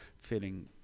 feeling